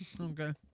Okay